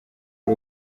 ari